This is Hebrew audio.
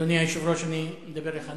אדוני היושב-ראש, אני מדבר אליך.